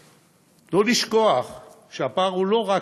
ולכן,